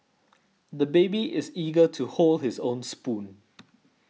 the baby is eager to hold his own spoon